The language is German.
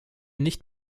nicht